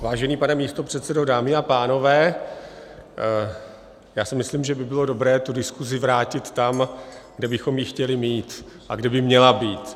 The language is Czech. Vážený pane místopředsedo, dámy a pánové, já si myslím, že by bylo dobré tu diskusi vrátit tam, kde bychom ji chtěli mít a kde by měla být.